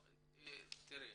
בוודאי.